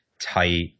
tight